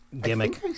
gimmick